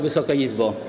Wysoka Izbo!